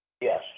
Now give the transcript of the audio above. Yes